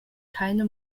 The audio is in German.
keine